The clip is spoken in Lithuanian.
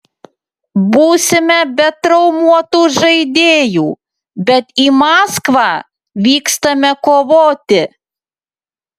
būsime be traumuotų žaidėjų bet į maskvą vykstame kovoti